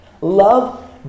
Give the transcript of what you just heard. Love